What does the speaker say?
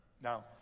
Now